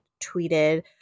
tweeted